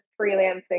freelancing